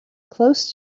close